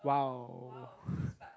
!wow!